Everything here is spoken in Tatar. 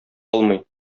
алмый